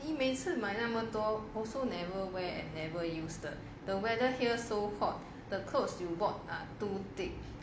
你每次买那么多 also never wear and never use the the weather here so [ho] the clothes you bought or too thick